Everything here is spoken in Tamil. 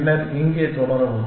பின்னர் இங்கே தொடரவும்